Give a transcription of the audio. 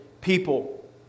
people